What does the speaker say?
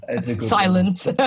silence